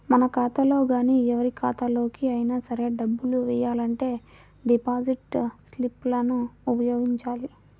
మన ఖాతాలో గానీ ఎవరి ఖాతాలోకి అయినా సరే డబ్బులు వెయ్యాలంటే డిపాజిట్ స్లిప్ లను ఉపయోగించాలి